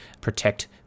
protect